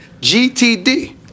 GTD